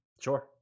Sure